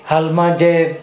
હાલમાં જે